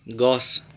গছ